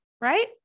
right